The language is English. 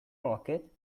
rocket